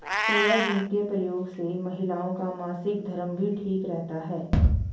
soybean के प्रयोग से महिलाओं का मासिक धर्म भी ठीक रहता है